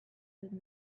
than